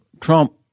trump